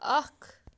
اکھ